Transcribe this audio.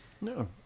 No